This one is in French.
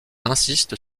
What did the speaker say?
insiste